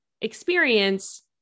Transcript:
experience